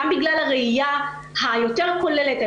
גם בגלל הראיה היותר כוללת,